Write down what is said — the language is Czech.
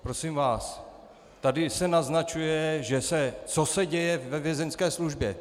Prosím vás, tady se naznačuje, co se děje ve vězeňské službě.